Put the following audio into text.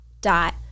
dot